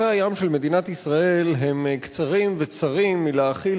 חופי הים של מדינת ישראל הם קצרים וצרים מלהכיל